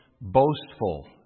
boastful